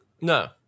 no